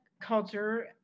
culture